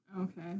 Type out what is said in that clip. Okay